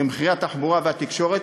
ומחירי התחבורה והתקשורת,